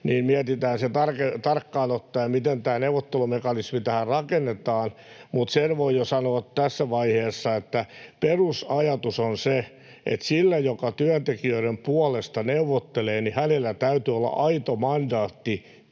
— mietitään tarkkaan ottaen, miten neuvottelumekanismi tähän rakennetaan. Sen voi jo sanoa tässä vaiheessa, että perusajatus on se, että sillä, joka työntekijöiden puolesta neuvottelee, täytyy olla aito mandaatti